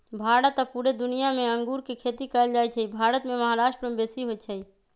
भारत आऽ पुरे दुनियाँ मे अङगुर के खेती कएल जाइ छइ भारत मे महाराष्ट्र में बेशी होई छै